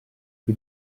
che